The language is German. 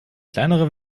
kleinere